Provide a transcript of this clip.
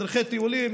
מדריכי טיולים,